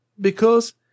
Because